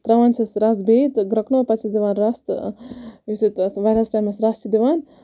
تراوان چھِس رَس بیٚیہِ تہٕ گرکنوٚو پَتہٕ چھِس دِوان رَس تہٕ یُتھُے تتھ واریاہَس ٹایمَس رَس چھِ دِوان